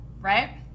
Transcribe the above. right